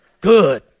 good